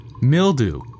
Mildew